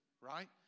Right